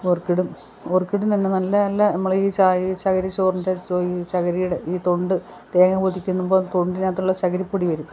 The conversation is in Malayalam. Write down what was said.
ഓർക്കിഡും ഓർക്കിഡിനന്നെ നല്ല നല്ല നമ്മളീ ച ചകരി ചോറിൻ്റെ ഈ ചകരീടെ ഈ തൊണ്ട് തേങ്ങ പൊതിക്കുമ്പോൾ തൊണ്ടിനകത്തുള്ള ചകിരിപ്പൊടി വരും